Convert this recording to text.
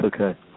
okay